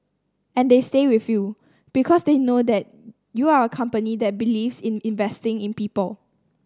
and they stay with you because they know that you are a company that believes in investing in people